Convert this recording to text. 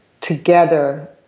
together